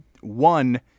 One